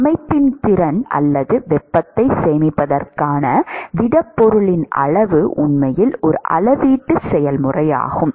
அமைப்பின் திறன் அல்லது வெப்பத்தை சேமிப்பதற்கான திடப்பொருளின் அளவு உண்மையில் ஒரு அளவீட்டு செயல்முறையாகும்